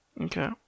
Okay